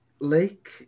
Lake